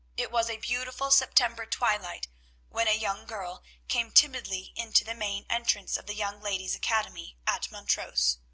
it was a beautiful september twilight when a young girl came timidly into the main entrance of the young ladies' academy at montrose.